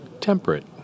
temperate